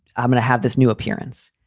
i'm going to have this new appearance.